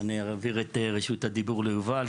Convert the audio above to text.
אני אעביר את רשות הדיבור ליובל,